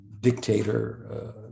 dictator